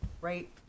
right